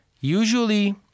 Usually